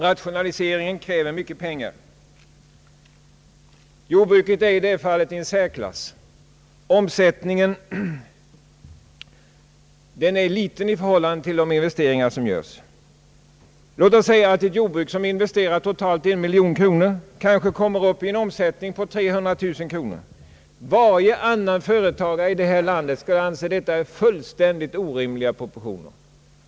Rationaliseringen kräver mycket pengar. Jordbruket står i det fallet i särklass. Omsättningen är liten i förhållande till de investeringar som görs. Låt oss säga att ett jordbruk som investerat totalt en miljon kronor kanske kommer upp i en omsättning på 300 000 kronor. Varje annan företagare här i landet skulle anse detta som fullständigt orimliga proportioner.